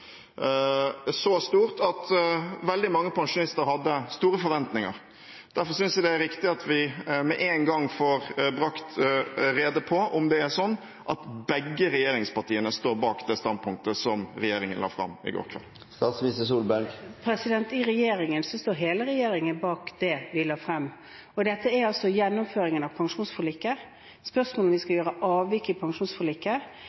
så stort at veldig mange pensjonister hadde store forventninger. Derfor synes jeg det er riktig at vi med én gang får brakt på det rene om det er sånn at begge regjeringspartiene står bak det standpunktet som regjeringen la fram i går kveld. Hele regjeringen står bak det vi la frem. Dette er altså gjennomføringen av pensjonsforliket. Spørsmålet om vi skal